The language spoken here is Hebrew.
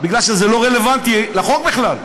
כי זה לא רלוונטי לחוק בכלל.